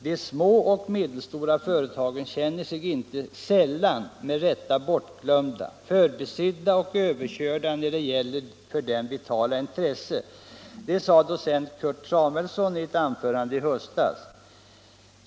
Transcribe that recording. ”De små och medelstora företagen känner sig inte sällan med rätta bortglömda, förbisedda och överkörda när det gäller för dem vitala intressen”, sade docent Kurt Samuelsson i ett anförande i höstas.